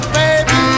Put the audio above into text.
baby